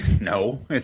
No